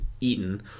eaten